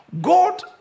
God